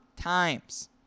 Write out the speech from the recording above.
times